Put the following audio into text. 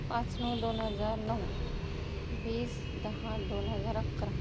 पाच नऊ दोन हजार नऊ वीस दहा दोन हजार अकरा